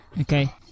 Okay